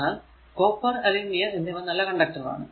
എന്നാൽ copper aluminium എന്നിവ നല്ല കണ്ടക്ടർ ആണ്